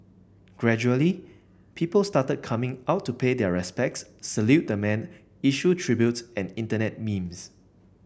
gradually people started coming out to pay their respects salute the man issue tributes and Internet memes